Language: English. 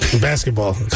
Basketball